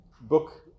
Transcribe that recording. Book